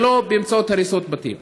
ולא באמצעות הריסות בתים.